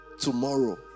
tomorrow